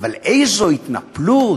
אבל איזו התנפלות.